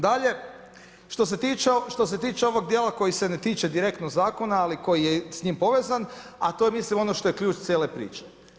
Dalje, što se tiče ovog dijeta koji se ne tiče direktno zakona ali koji je s njim povezan a to je mislim ono što je ključ cijele priče.